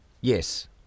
Yes